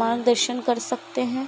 मार्गदर्शन कर सकते हैं